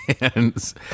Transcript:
hands